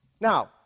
Now